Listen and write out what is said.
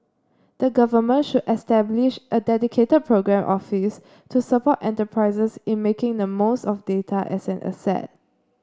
the Government should establish a dedicated programme office to support enterprises in making the most of data as an asset